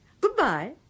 Goodbye